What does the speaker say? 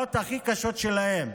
בשעות הכי קשות שלהן,